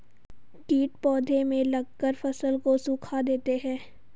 कीट पौधे में लगकर फसल को सुखा देते हैं